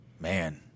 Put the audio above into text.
man